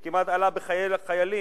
שכמעט עלה בחיי חיילים,